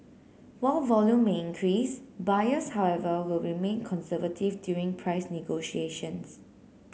while volume may increase buyers however will remain conservative during price negotiations